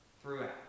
throughout